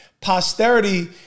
Posterity